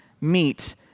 meet